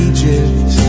Egypt